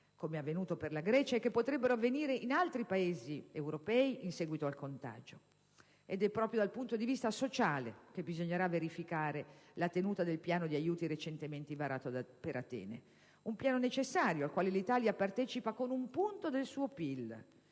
come è avvenuto per la Grecia e che potrebbe avvenire per altri Paesi europei in seguito al "contagio". Ed è proprio dal punto di vista sociale che bisognerà verificare la tenuta del piano di aiuti recentemente varato per Atene. Un piano necessario, al quale l'Italia partecipa con 1 punto di PIL, per